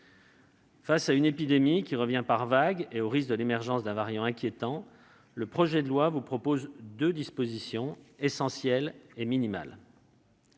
Face à une épidémie qui revient par vague et au risque de l'émergence d'un variant inquiétant, le projet de loi comporte deux dispositions essentielles et minimales.